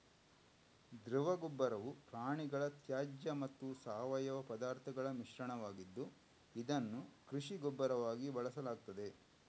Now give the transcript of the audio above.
ದ್ರವ ಗೊಬ್ಬರವು ಪ್ರಾಣಿಗಳ ತ್ಯಾಜ್ಯ ಮತ್ತು ಸಾವಯವ ಪದಾರ್ಥಗಳ ಮಿಶ್ರಣವಾಗಿದ್ದು, ಇದನ್ನು ಕೃಷಿ ಗೊಬ್ಬರವಾಗಿ ಬಳಸಲಾಗ್ತದೆ